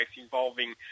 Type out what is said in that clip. involving